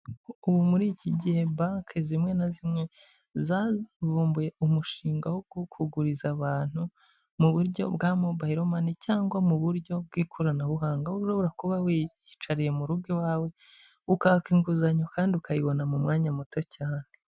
Ubu muri iki gihe banki zimwe na zimwe zavumbuye umushinga wo kukuguriza abantu mu buryo bwa mobayiro mani cyangwa mu buryo bw'ikoranabuhanga, aho ushobora urashobora kuba wiyicariye mu rugo iwawe, ukaka inguzanyo kandi ukayibona mu mwanya muto cyane.